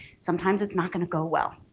sometimes it's not going to go well.